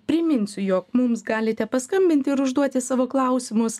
priminsiu jog mums galite paskambinti ir užduoti savo klausimus